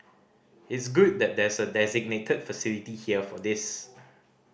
it's good that there's a designated facility here for this